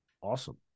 Awesome